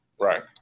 Right